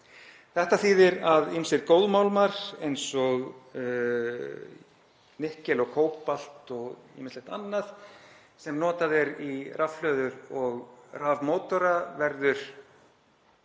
Þetta þýðir að ýmsir góðmálmar eins og nikkel og kóbalt og ýmislegt annað sem notað er í rafhlöður og rafmótora verður